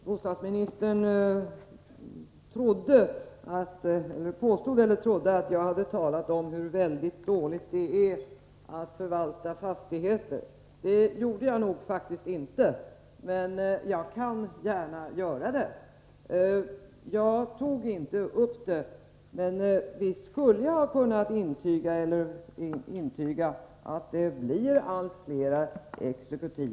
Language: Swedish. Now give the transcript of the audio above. Herr talman! Enligt bostadsministern har jag uttalat mig om de svårigheter som råder när det gäller förvaltning av fastigheter. Det gjorde jag faktiskt inte. Men jag gör det gärna. Visst hade jag kunnat intyga att antalet exekutiva auktioner blir allt större.